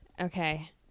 Okay